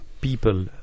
people